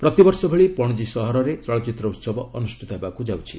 ପ୍ରତିବର୍ଷ ଭଳି ପଶଜୀ ସହରରେ ଚଳଚ୍ଚିତ୍ର ଉହବ ଅନୁଷ୍ଠିତ ହେବାକୁ ଯାଉଛି